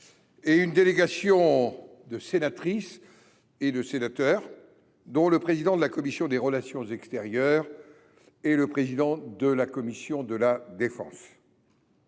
et d’une délégation de sénatrices et de sénateurs, dont le président de la commission des relations extérieures et celui de la commission de la défense.